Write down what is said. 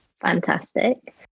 Fantastic